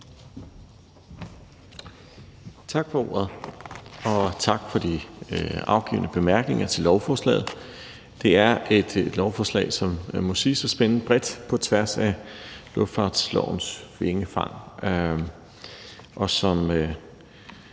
Tak for ordet, og tak for de afgivne bemærkninger til lovforslaget. Det er et lovforslag, som må siges at spænde bredt på tværs af luftfartslovens vingefang, og som